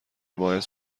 باعث